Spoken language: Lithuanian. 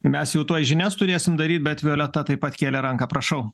mes jau tuoj žinias turėsim daryt bet violeta taip pat kėlė ranką prašau